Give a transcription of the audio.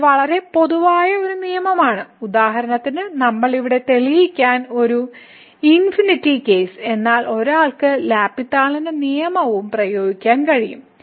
ഇത് വളരെ പൊതുവായ ഒരു നിയമമാണ് ഉദാഹരണത്തിന് നമ്മൾ ഇവിടെ തെളിയിക്കാത്ത ഈ ഇൻഫിനിറ്റി കേസ് എന്നാൽ ഒരാൾക്ക് എൽ ഹോസ്പിറ്റലിന്റെ നിയമവും പ്രയോഗിക്കാനും കഴിയും